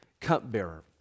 cupbearer